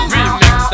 Remix